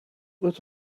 that